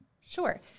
Sure